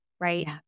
Right